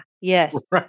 Yes